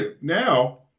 now